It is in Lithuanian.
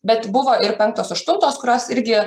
bet buvo ir penktos aštuntos kurios irgi